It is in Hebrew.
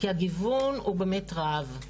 כי הגיוון הוא באמת רב,